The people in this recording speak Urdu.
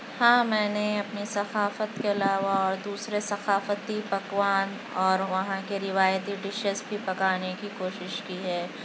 ہاں میں نے اپنی ثقافت کے علاوہ اور دوسرے ثقافتی پکوان اور وہاں کے روایتی ڈشز بھی پکانے کی کوشش کی ہے